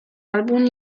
album